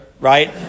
right